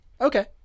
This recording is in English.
Okay